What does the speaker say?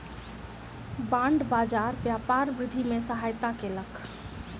bond बाजार व्यापार वृद्धि में सहायता केलक